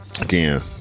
Again